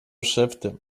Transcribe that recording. szeptem